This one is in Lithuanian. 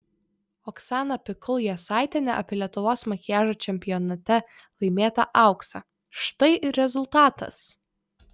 oksana pikul jasaitienė apie lietuvos makiažo čempionate laimėtą auksą štai ir rezultatas